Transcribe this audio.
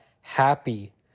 happy